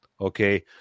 Okay